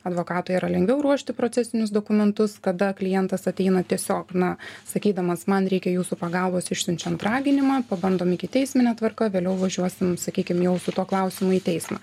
advokatui yra lengviau ruošti procesinius dokumentus kada klientas ateina tiesiog na sakydamas man reikia jūsų pagalbos išsiunčiant raginimą pabandom ikiteismine tvarka vėliau važiuosim sakykim jau su tuo klausimu į teismą